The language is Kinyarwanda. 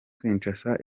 kinshasa